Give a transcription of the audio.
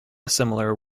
similar